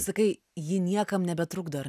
sakai ji niekam nebetrukdo ar